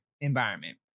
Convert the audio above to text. environment